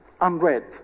unread